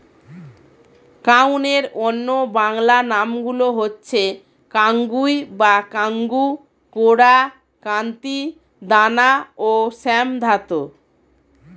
কাউনের অন্য বাংলা নামগুলো হচ্ছে কাঙ্গুই বা কাঙ্গু, কোরা, কান্তি, দানা ও শ্যামধাত